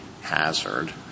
hazard